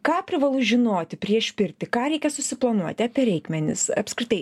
ką privalu žinoti prieš pirtį ką reikia susiplanuoti apie reikmenis apskritai